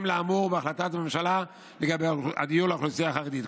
בהתאם לאמור בהחלטת הממשלה לגבי הדיור לאוכלוסייה החרדית.